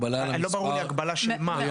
לא ברור לי הגבלה של מה.